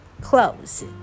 clothes